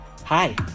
Hi